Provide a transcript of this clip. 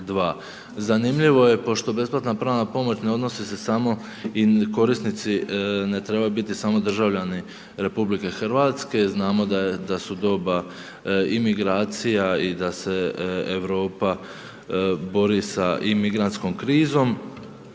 Zanimljivo je pošto besplatna pravna pomoć ne odnosi se samo i korisnici ne trebaju biti samo državljani RH, znamo da su doba i migracija i da se Europa bori sa i migrantskom krizom